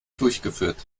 durchgeführt